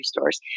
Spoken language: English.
stores